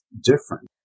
different